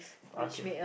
okay